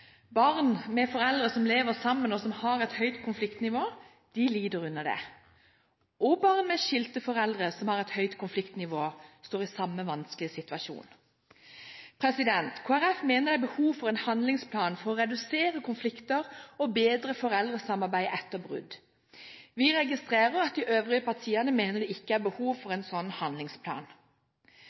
Barn med foreldre som lever sammen, og som har et høyt konfliktnivå, lider under det, og barn med skilte foreldre som har et høyt konfliktnivå, står i samme vanskelige situasjon. Kristelig Folkeparti mener det er behov for en handlingsplan for å redusere konflikter og bedre foreldresamarbeid etter brudd. Vi registrerer at de øvrige partiene mener det ikke er behov for en sånn handlingsplan.